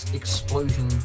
explosion